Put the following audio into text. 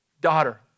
daughter